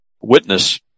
witness